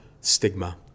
stigma